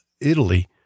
Italy